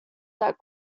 that